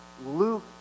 Luke